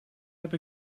heb